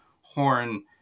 horn